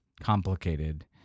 complicated